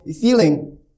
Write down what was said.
Feeling